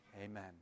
Amen